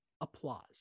applause